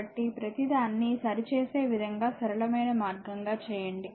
కాబట్టి ప్రతిదాన్ని సరి చేసే విధంగా సరళమైన మార్గంగా చేయండి